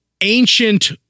ancient